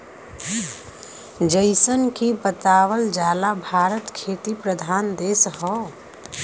जइसन की बतावल जाला भारत खेती प्रधान देश हौ